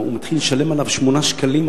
הוא מתחיל לשלם על קוב מים 8 שקלים,